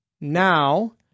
Now